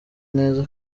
neza